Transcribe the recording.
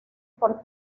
por